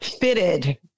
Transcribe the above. fitted